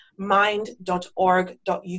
mind.org.uk